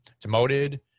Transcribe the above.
demoted